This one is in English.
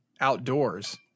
outdoors